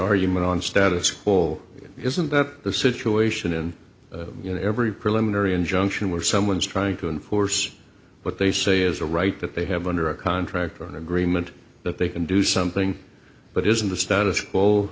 argument on status school isn't that the situation and you know every preliminary injunction where someone is trying to enforce what they say is a right that they have under a contract or an agreement that they can do something but isn't the status quo